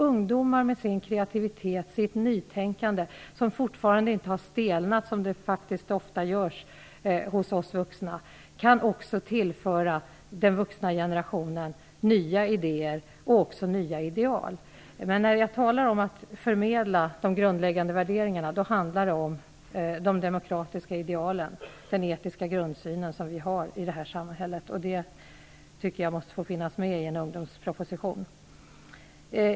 Ungdomar har en kreativitet och ett nytänkande som fortfarande inte stelnat, vilket ofta sker så småningom hos oss vuxna. Därigenom kan ungdomarna tillföra den vuxna generationen nya idéer och ideal. När jag talar om förmedling av de grundläggande värderingarna menar jag de demokratiska idealen och den etiska grundsynen i samhället. Detta är aspekter som jag tycker måste få finnas med i en ungdomsproposition.